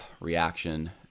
reaction